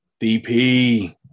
DP